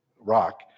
rock